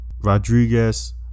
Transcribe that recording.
rodriguez